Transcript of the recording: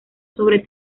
sobre